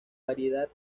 variedad